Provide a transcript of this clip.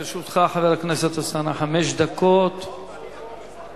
לרשותך, חבר הכנסת אלסאנע, חמש דקות להתנגד.